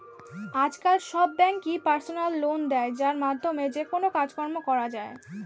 আজকাল সব ব্যাঙ্কই পার্সোনাল লোন দেয় যার মাধ্যমে যেকোনো কাজকর্ম করা যায়